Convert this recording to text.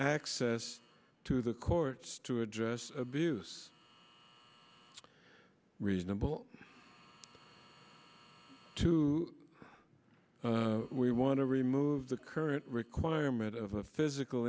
access to the courts to address abuse reasonable to we want to remove the current requirement of physical